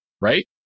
right